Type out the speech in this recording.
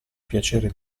piacere